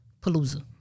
Palooza